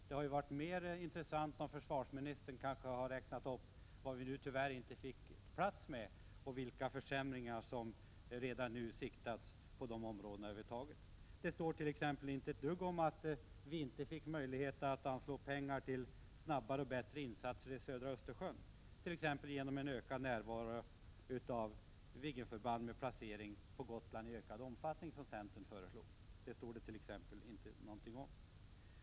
Det hade varit mer intressant om försvarsministern hade räknat upp det som vi tyvärr inte fick plats med och vilka försämringar som redan nu har kunnat siktas på de områdena. Det står t.ex. inte ett dugg om att vi inte fick möjligheter att anslå pengar till snabbare och bättre insatser i södra Östersjön, exempelvis genom en ökad placering av Viggenförband på Gotland, som centern föreslog.